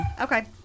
Okay